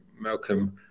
Malcolm